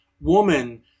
woman